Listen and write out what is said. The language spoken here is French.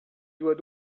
doit